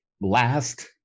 last